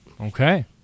Okay